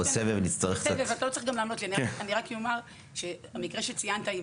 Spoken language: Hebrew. במקרה שציינת,